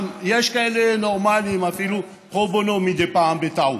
יש כאלה נורמלים, אפילו פרו בונו מדי פעם בטעות,